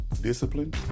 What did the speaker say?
discipline